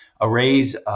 Arrays